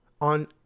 on